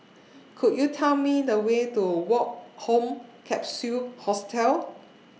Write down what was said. Could YOU Tell Me The Way to Woke Home Capsule Hostel